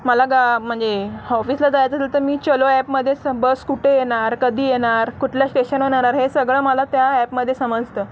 मला गा म्हणजे हॉफिसला जायचं असलं तर मी चलो ॲपमध्ये स बस कुठे येणार कधी येणार कुठल्या स्टेशनहून येणार हे सगळं मला त्या ॲपमध्ये समजतं